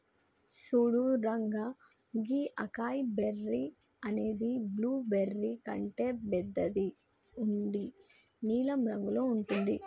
సూడు రంగా గీ acai berry అనేది బ్లూబెర్రీ కంటే బెద్దగా ఉండి నీలం రంగులో ఉంటుంది